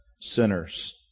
sinners